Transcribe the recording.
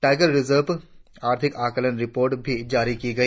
tiger reserve आर्थिक आकलन report भी जारी की गई